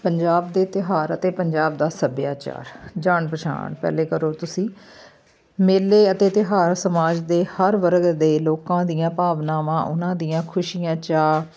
ਪੰਜਾਬ ਦੇ ਤਿਉਹਾਰ ਅਤੇ ਪੰਜਾਬ ਦਾ ਸੱਭਿਆਚਾਰ ਜਾਣ ਪਛਾਣ ਪਹਿਲੇ ਕਰੋ ਤੁਸੀਂ ਮੇਲੇ ਅਤੇ ਤਿਉਹਾਰ ਸਮਾਜ ਦੇ ਹਰ ਵਰਗ ਦੇ ਲੋਕਾਂ ਦੀਆਂ ਭਾਵਨਾਵਾਂ ਉਹਨਾਂ ਦੀਆਂ ਖੁਸ਼ੀਆਂ ਚਾਅ